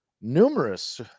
numerous